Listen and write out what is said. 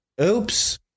oops